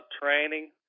training